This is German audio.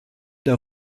der